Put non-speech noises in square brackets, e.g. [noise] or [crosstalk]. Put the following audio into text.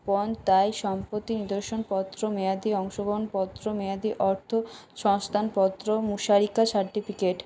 [unintelligible] সম্পত্তির নিদর্শন পত্র মেয়াদি অংশগ্রহণ পত্র মেয়াদি অর্থ সংস্থান পত্র মুশারিকা সার্টিফিকেট